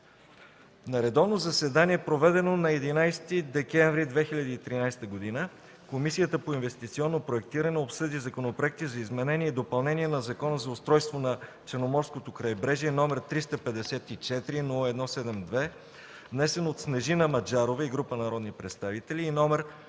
На редовно заседание, проведено на 11 декември 2013 г., Комисията по инвестиционно проектиране обсъди законопроекти за изменение и допълнение на Закона за устройството на Черноморското крайбрежие, № 354-01-72, внесен от Снежина Маджарова и група народни представители, и №